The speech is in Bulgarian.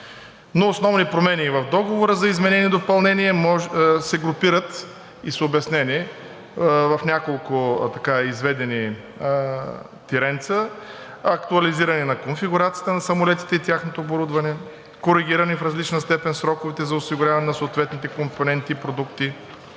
основни промени в Договора за изменение и допълнение може да се групират и са обяснени в няколко изведени тиренца: - актуализиране на конфигурацията на самолетите и тяхното оборудване; - коригиране в различна степен сроковете за осигуряване на съответните компоненти и продукти;